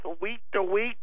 week-to-week